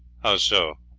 how so?